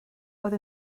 oedd